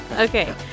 Okay